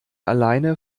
alleine